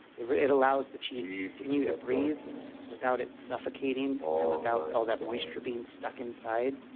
it it allows the cheese to continue to breathe without it suffocating and without all that moisture being stuck inside.